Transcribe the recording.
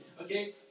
Okay